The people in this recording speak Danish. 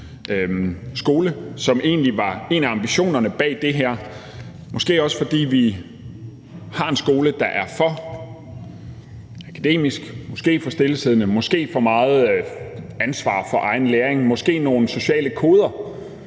som egentlig var en af ambitionerne bag det her. Det er måske også, fordi vi har en skole, der er for akademisk, måske for stillesiddende, og måske er der for meget ansvar for egen læring, måske nogle sociale koder,